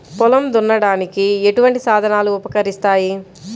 పొలం దున్నడానికి ఎటువంటి సాధనాలు ఉపకరిస్తాయి?